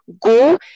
go